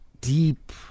deep